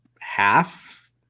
half